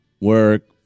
work